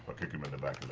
ah kick him in the back